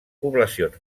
poblacions